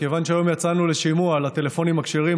מכיוון שהיום יצאנו לשימוע על הטלפונים הכשרים,